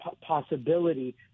possibility